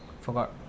Forgot